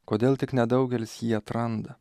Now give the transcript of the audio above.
kodėl tik nedaugelis jį atranda